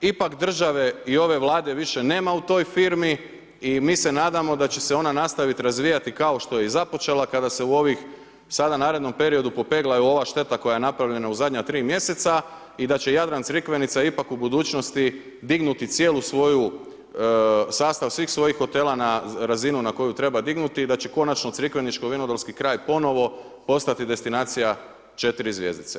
Ipak države i ove Vlade više nema u toj firmi i mi se nadamo da će se ona nastaviti razvijati kao što je i započela kada se u ovih sada narednom periodu popegla ova šteta koja je napravljena u zadnja tri mjeseca i da će Jadran Crikvenica ipak u budućnosti dignuti cijelu svoju, sastav svih svojih hotela na razinu na koju treba dignuti i da će konačno crikveničko-vinodolski kraj ponovo postati destinacija 4 zvjezdice.